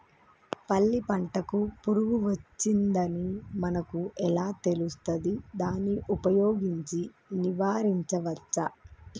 పల్లి పంటకు పురుగు వచ్చిందని మనకు ఎలా తెలుస్తది దాన్ని ఉపయోగించి నివారించవచ్చా?